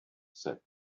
said